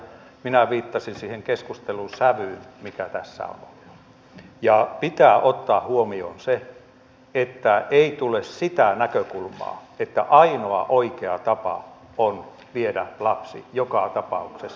minä viittasin siihen keskustelun sävyyn mikä tässä on ollut ja pitää ottaa huomioon se että ei tule sitä näkökulmaa että ainoa oikea tapa on viedä lapsi joka tapauksessa